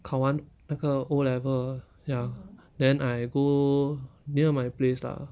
考完那个 O level orh ya then I go near my place lah